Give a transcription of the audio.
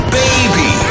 baby